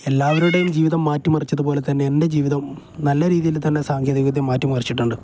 എല്ലാവരുടെയും ജീവിതം മാറ്റി മറിച്ചതു പോലെ തന്നെ എൻ്റെ ജീവിതം നല്ല രീതിയിൽ തന്നെ സാങ്കേതികദ്യ മാറ്റി മറിച്ചിട്ടുണ്ട്